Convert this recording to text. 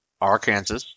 Arkansas